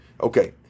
Okay